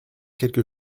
quelque